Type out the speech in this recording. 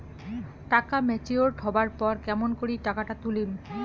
টাকা ম্যাচিওরড হবার পর কেমন করি টাকাটা তুলিম?